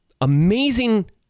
amazing